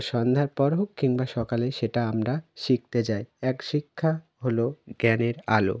সন্ধ্যার পর হোক কিংবা সকালে সেটা আমরা শিখতে যাই এক শিক্ষা হলো জ্ঞানের আলো